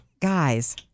guys